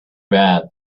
bad